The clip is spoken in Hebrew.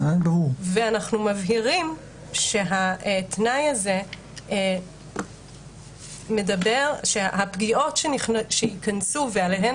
ואנחנו מבהירים שהתנאי הזה מדבר שהפגיעות שייכנסו ועליהן